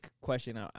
question